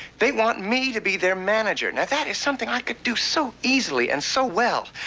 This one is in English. they want me to be their manager. now that is something i could do so easily and so well.